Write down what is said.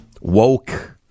Woke